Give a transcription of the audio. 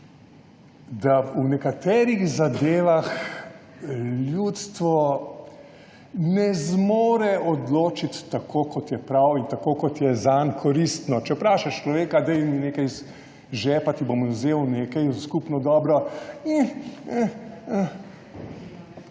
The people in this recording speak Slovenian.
da v nekaterih zadevah ljudstvo ne zmore odločiti tako, kot je prav, in tako kot je zanj koristno. Če vprašaš človeka, daj mi nekaj iz žepa, ti bom vzel nekaj v skupno dobro,